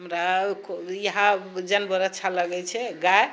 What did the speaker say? हमरा इएह जानवर अच्छा लगै छै गाय